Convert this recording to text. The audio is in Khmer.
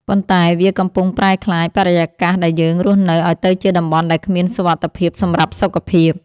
ប៉ុន្តែវាកំពុងប្រែក្លាយបរិយាកាសដែលយើងរស់នៅឱ្យទៅជាតំបន់ដែលគ្មានសុវត្ថិភាពសម្រាប់សុខភាព។